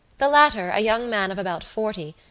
the latter, a young man of about forty,